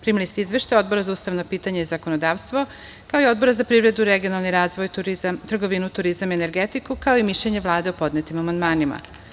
Primili ste izveštaj Odbora za ustavna pitanja i zakonodavstvo, kao i Odbora za privredu, regionalni razvoj, trgovinu, turizam i energetiku, kao i mišljenje Vlade o podnetim amandmanima.